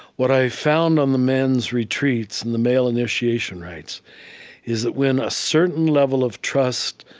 what i found on the men's retreats and the male initiation rites is that when a certain level of trust,